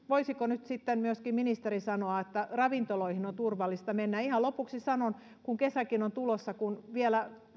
voisiko nyt myöskin ministeri sanoa että ravintoloihin on turvallista mennä ihan lopuksi sanon kun kesäkin on tulossa kun